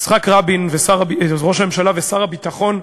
יצחק רבין, ראש הממשלה ושר הביטחון,